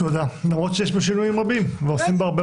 למרות שיש פה שינויים רבים ועושים בו הרבה